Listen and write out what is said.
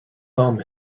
bomb